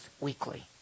weekly